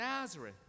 Nazareth